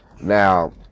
Now